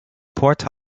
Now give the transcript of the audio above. port